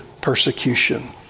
persecution